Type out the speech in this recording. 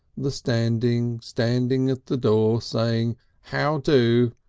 the standing, standing at the door saying how do!